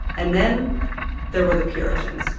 and then there were the puritans